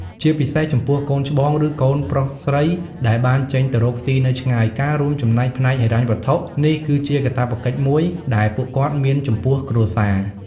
ជាពិសេសចំពោះកូនច្បង ឬកូនប្រុសស្រីដែលបានចេញទៅរកស៊ីនៅឆ្ងាយ ការរួមចំណែកផ្នែកហិរញ្ញវត្ថុនេះគឺជាកាតព្វកិច្ចមួយដែលពួកគាត់មានចំពោះគ្រួសារ។